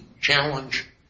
challenge